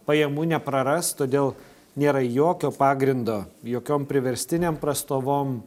pajamų nepraras todėl nėra jokio pagrindo jokiom priverstinėm prastovom